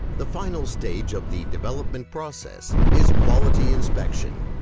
the final stage of the development process is quality inspection,